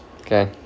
Okay